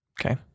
Okay